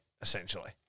essentially